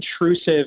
intrusive